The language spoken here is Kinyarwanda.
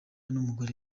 n’umugore